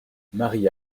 marie